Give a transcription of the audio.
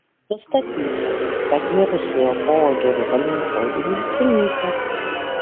nustatyta kad mirusiojo poodžio riebalinis audinys sunykęs